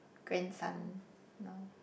grandson now